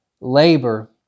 labor